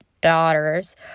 daughters